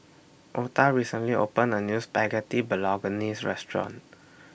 Otha recently opened A New Spaghetti Bolognese Restaurant